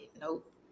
Nope